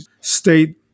state